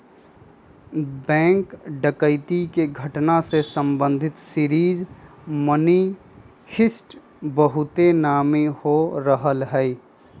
bank डकैती के घटना से संबंधित सीरीज मनी हीस्ट बहुते नामी हो रहल हइ